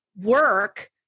work